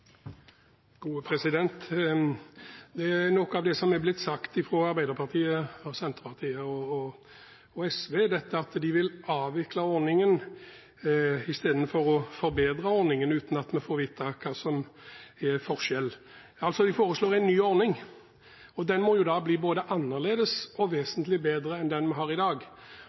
blitt sagt fra Arbeiderpartiet, Senterpartiet og SV, er at de vil avvikle ordningen, istedenfor å forbedre ordningen, uten at vi får vite hva som er forskjellen: De foreslår altså en ny ordning, og den må jo da bli både annerledes og vesentlig bedre enn den vi har i dag.